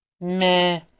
meh